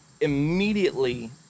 immediately